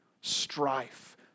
strife